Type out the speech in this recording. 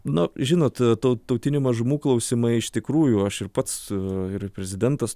nu žinot tau tautinių mažumų klausimai iš tikrųjų aš ir pats ir prezidentas